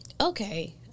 Okay